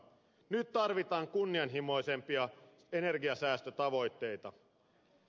nyt tarvitaan kunnianhimoisempia energiansäästötavoitteita